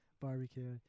barbecue